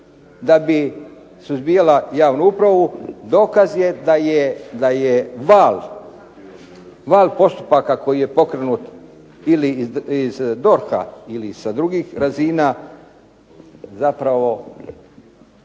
da bi suzbijala javnu upravu dokaz je da je val postupaka koji je pokrenut ili iz DORH-a ili sa drugih razina zapravo